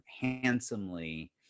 handsomely